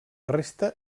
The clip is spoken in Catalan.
resta